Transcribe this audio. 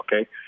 okay